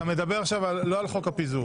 אתה לא מדבר עכשיו על חוק הפיזור.